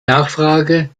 nachfrage